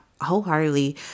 wholeheartedly